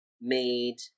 made